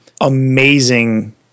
amazing